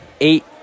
eight